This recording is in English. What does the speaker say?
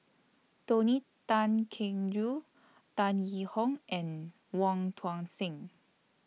Tony Tan Keng Joo Tan Yee Hong and Wong Tuang Seng